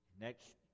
Next